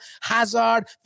Hazard